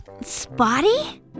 Spotty